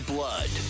Blood